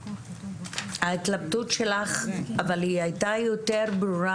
את ההתלבטות שלך אבל היא הייתה יותר ברורה